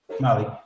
Molly